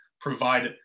provide